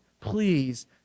please